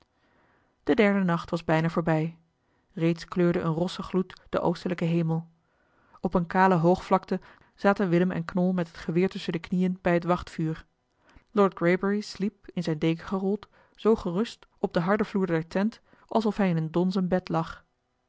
de derde nacht was bijna voorbij reeds kleurde een rosse gloed den oostelijken hemel op eene kale hoogvlakte zaten willem en knol met het geweer tusschen de knieën bij het wachtvuur lord greybury sliep in zijne deken gerold zoo gerust op den harden vloer der tent alsof hij in een donzen bed lag